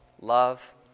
love